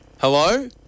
Hello